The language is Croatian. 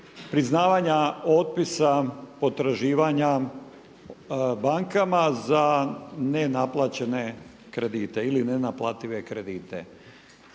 priznavanja otpisa potraživanja bankama za nenaplaćene kredite ili za nenaplative kredite